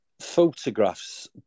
photographs